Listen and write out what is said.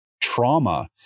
trauma